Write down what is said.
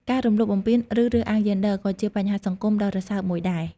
ការរំលោភបំពានឬរើសអើងយេនឌ័រក៏ជាបញ្ហាសង្គមដ៏រសើបមួយដែរ។